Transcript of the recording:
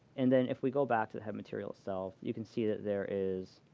and then if we go back to the head material itself, you can see that there is,